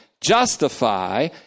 justify